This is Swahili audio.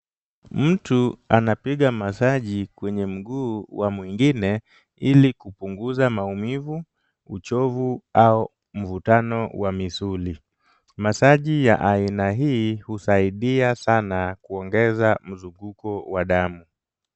Mtu anapiga masaji kwenye mguu wa mwingine ili kupunguza maumivu, uchovu au mvutano wa misuli. Masaji ya aina hii husaidia sana kuongeza mzunguko wa damu.